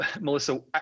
Melissa